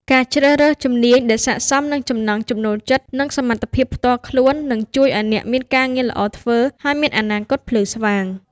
ការជ្រើសរើសជំនាញដែលស័ក្តិសមនឹងចំណង់ចំណូលចិត្តនិងសមត្ថភាពផ្ទាល់ខ្លួននឹងជួយឱ្យអ្នកមានការងារល្អធ្វើ ហើយមានអនាគតភ្លឺស្វាង។